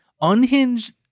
Unhinged